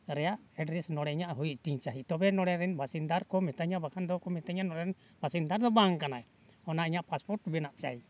ᱨᱮᱱᱟᱜ ᱮᱰᱨᱮᱥ ᱱᱚᱸᱰᱮ ᱤᱧᱟᱹᱜ ᱦᱩᱭᱩᱜ ᱛᱤᱧ ᱪᱟᱹᱦᱤ ᱛᱚᱵᱮ ᱱᱚᱸᱰᱮ ᱨᱮᱱ ᱵᱟᱥᱤᱱᱫᱟ ᱠᱚ ᱢᱤᱛᱟᱹᱧᱟ ᱵᱟᱠᱷᱟᱱ ᱫᱚᱠᱚ ᱢᱤᱛᱟᱹᱧᱟ ᱱᱚᱸᱰᱮ ᱨᱮᱱ ᱵᱟᱥᱱᱤᱫᱟ ᱫᱚ ᱵᱟᱝ ᱠᱟᱱᱟᱭ ᱚᱱᱟ ᱤᱧᱟᱹᱜ ᱯᱟᱥᱯᱳᱨᱴ ᱵᱮᱱᱟᱜ ᱪᱟᱭ